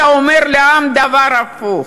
אתה אומר לעם דבר הפוך?